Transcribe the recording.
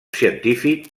científic